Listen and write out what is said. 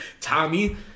Tommy